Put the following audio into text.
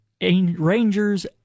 Rangers